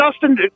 Justin